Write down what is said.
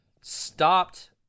stopped